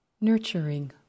nurturing